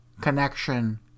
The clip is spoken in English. connection